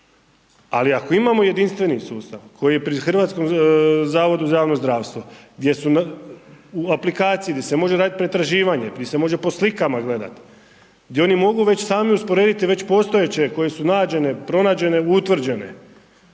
Ali ako imamo jedinstveni sustav koji je pri HZZO-u gdje su u aplikaciji, gdje se može raditi pretraživanje, gdje se može po slikama gledat, gdje oni već sami usporediti već postojeće koje su nađene, pronađene, utvrđene,